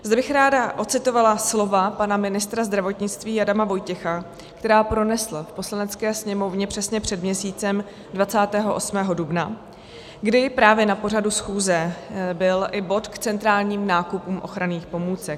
Zde bych ráda ocitovala slova pana ministra zdravotnictví Adama Vojtěcha, která pronesl v Poslanecké sněmovně přesně před měsícem, 28. dubna, kdy právě na pořadu schůze byl i bod k centrálním nákupům ochranných pomůcek.